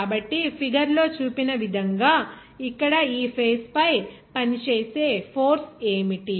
కాబట్టి ఫిగర్ లో చూపిన విధంగా ఇక్కడ ఈ ఫేస్ పై పనిచేసే ఫోర్స్ ఏమిటి